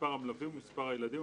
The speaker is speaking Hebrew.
מספר המלווים ומספר הילדים,